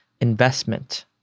investment